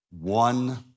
one